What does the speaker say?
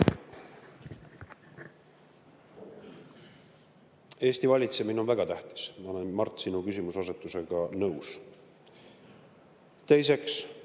Eesti valitsemine on väga tähtis. Ma olen, Mart, sinu küsimuseasetusega nõus. Teiseks,